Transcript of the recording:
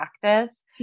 practice